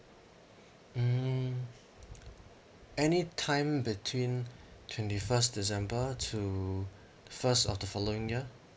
mm any time between twenty first december to first of the following year